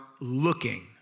looking